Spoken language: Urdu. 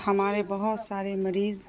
ہمارے بہت سارے مریض